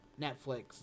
Netflix